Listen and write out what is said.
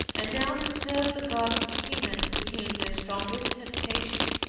and now to serve the gods of canaan became their strongest temptation.